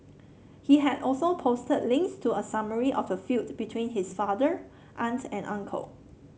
he had also posted links to a summary of the feud between his father aunt and uncle